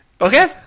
Okay